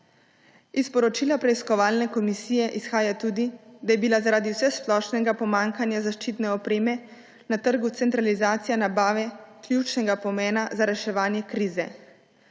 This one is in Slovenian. Iz poročila preiskovalne komisije tudi izhaja, da je bila zaradi vsesplošnega pomanjkanja zaščitne opreme na trgu centralizacija nabave ključnega pomena za reševanje krize.